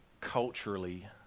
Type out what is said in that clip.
culturally